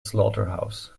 slaughterhouse